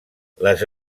les